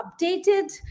updated